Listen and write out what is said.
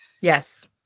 Yes